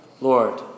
Lord